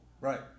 Right